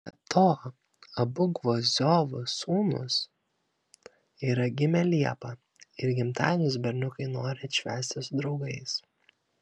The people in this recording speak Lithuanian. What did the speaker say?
be to abu gvozdiovų sūnus yra gimę liepą ir gimtadienius berniukai nori atšvęsti su draugais